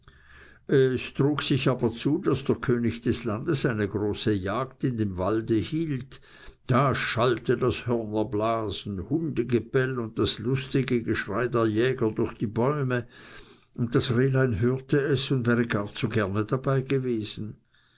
es trug sich aber zu daß der könig des landes eine große jagd in dem wald hielt da schallte das hörnerblasen hundegebell und das lustige geschrei der jäger durch die bäume und das rehlein hörte es und wäre gar zu gerne dabei gewesen